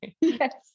yes